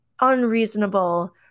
unreasonable